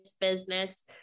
business